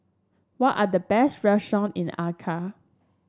what are the best restaurants in the Accra